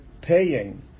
paying